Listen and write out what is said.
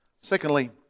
Secondly